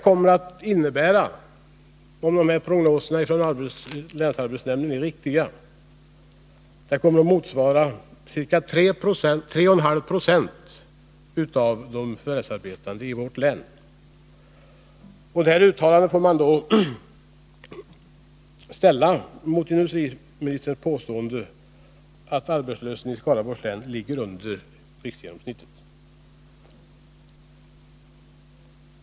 Om dessa prognoser från länsarbetsnämnden visar sig vara riktiga innebär det en arbetslöshet på 3,5 20 av alla förvärvsarbetande i vårt län. Dessa uttalanden från länsarbetsnämnden kan man då ställa mot industriministerns påstående att arbetslösheten i Skaraborg ligger under riksgenomsnittet.